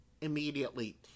immediately